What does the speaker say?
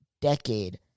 decade